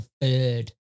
third